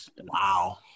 Wow